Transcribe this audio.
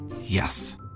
Yes